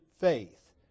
faith